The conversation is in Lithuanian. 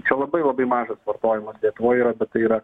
čia labai labai mažas vartojimas lietuvoj ir apie tai yra